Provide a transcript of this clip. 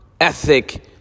ethic